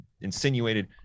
insinuated